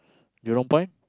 Jurong-Point